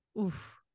oof